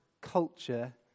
culture